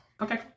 Okay